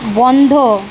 বন্ধ